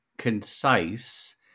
concise